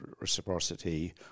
reciprocity